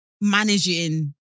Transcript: managing